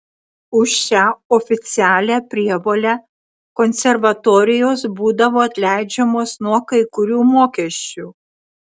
už šią oficialią prievolę konservatorijos būdavo atleidžiamos nuo kai kurių mokesčių